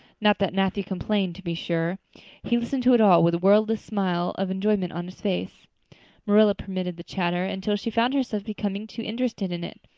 not that matthew complained, to be sure he listened to it all with a wordless smile of enjoyment on his face marilla permitted the chatter until she found herself becoming too interested in it,